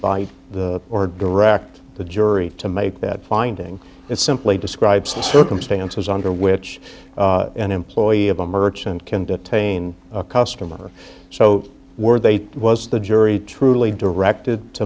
invite the or direct the jury to make that finding it simply describes the circumstances under which an employee of a merchant can detain a customer so were they was the jury truly directed to